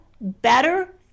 better